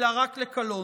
אלא רק לקלון.